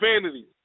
vanity